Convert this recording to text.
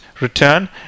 return